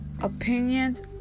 opinions